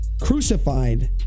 crucified